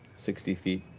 sixty feet,